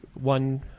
one